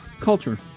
culture